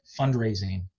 fundraising